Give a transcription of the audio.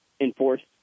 enforced